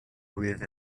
with